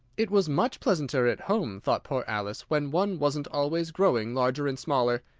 it was much pleasanter at home, thought poor alice, when one wasn't always growing larger and smaller,